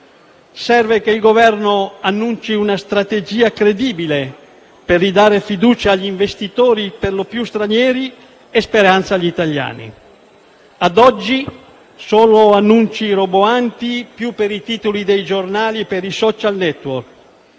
Serve che il Governo annunci una strategia credibile per ridare fiducia agli investitori, per lo più stranieri, e speranza agli italiani. Ad oggi solo annunci roboanti, più per i titoli dei giornali e per i *social network*,